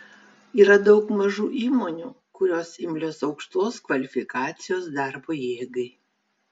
yra daug mažų įmonių kurios imlios aukštos kvalifikacijos darbo jėgai